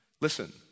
Listen